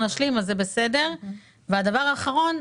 והדבר האחרון,